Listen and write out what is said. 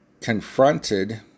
confronted